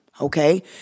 Okay